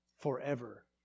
forever